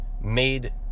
made